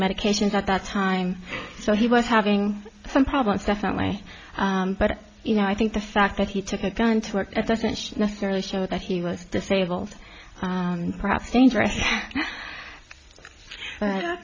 medications at that time so he was having some problems definitely but you know i think the fact that he took a gun to work at doesn't necessarily show that he was disabled and perhaps dangerous